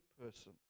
person